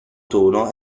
tono